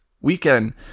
weekend